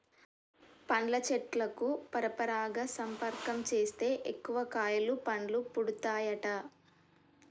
పండ్ల చెట్లకు పరపరాగ సంపర్కం చేస్తే ఎక్కువ కాయలు పండ్లు పండుతాయట